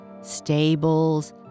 stables